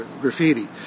graffiti